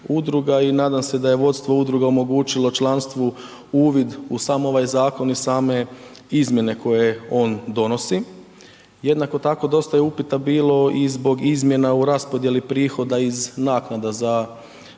i nadam se da je vodstvo udruge omogućilo članstvu uvid u sam ovaj zakon i same izmjene koje on donosi. Jednako tako, dosta je upita bilo i zbog izmjena u raspodijeli prihoda iz naknada za ribičke